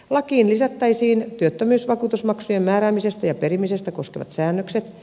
lakiin lisättäisiin työttömyysvakuutusmaksujen määräämistä ja perimistä koskevat säännökset